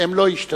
הם לא ישתנו.